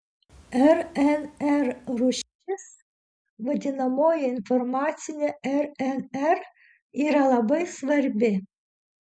rnr rūšis vadinamoji informacinė rnr yra labai svarbi